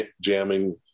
jamming